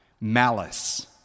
malice